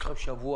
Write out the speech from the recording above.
יש לכם שבוע.